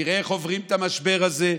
נראה איך עוברים את המשבר הזה,